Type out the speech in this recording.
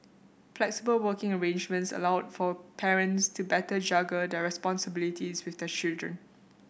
flexible working arrangements allowed for parents to better juggle their responsibilities with their children